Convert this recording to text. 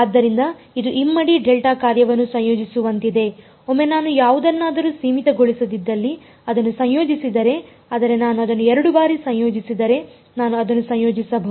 ಆದ್ದರಿಂದ ಇದು ಇಮ್ಮಡಿ ಡೆಲ್ಟಾ ಕಾರ್ಯವನ್ನು ಸಂಯೋಜಿಸುವಂತಿದೆ ಒಮ್ಮೆ ನಾನು ಯಾವುದನ್ನಾದರೂ ಸೀಮಿತಗೊಳಿಸದಿದ್ದಲ್ಲಿ ಅದನ್ನು ಸಂಯೋಜಿಸಿದರೆ ಆದರೆ ನಾನು ಅದನ್ನು ಎರಡು ಬಾರಿ ಸಂಯೋಜಿಸಿದರೆ ನಾನು ಅದನ್ನು ಸಂಯೋಜಿಸಬಹುದು